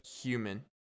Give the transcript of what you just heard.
human